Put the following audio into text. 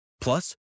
Plus